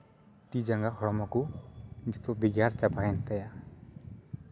ᱛᱤ ᱡᱟᱸᱜᱟ ᱦᱚᱲᱢᱚ ᱠᱚ ᱡᱚᱛᱚ ᱜᱮᱡᱮᱨ ᱪᱟᱵᱟᱭᱮᱱ ᱛᱟᱭᱟ